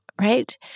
right